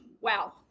wow